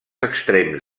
extrems